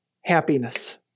happiness